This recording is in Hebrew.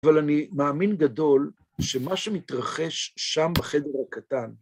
אבל אני מאמין גדול שמה שמתרחש שם בחדר הקטן,